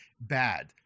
bad